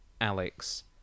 Alex